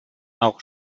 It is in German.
auch